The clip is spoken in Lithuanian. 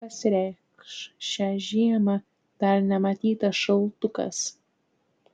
pasireikš šią žiemą dar nematytas šaltukas